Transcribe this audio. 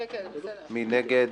מי נגד?